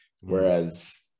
Whereas